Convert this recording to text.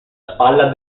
spalla